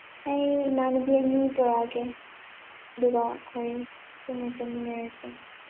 ꯑꯩ ꯏꯃꯥꯟꯅꯕꯤ ꯑꯅꯤ ꯄꯣꯔꯛꯀꯦ ꯑꯗꯨꯒ ꯑꯩꯈꯣꯏ ꯄꯨꯟꯅ ꯆꯠꯃꯤꯟꯅꯔꯁꯦ